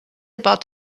about